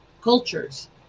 cultures